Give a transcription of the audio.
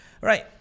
Right